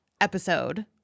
episode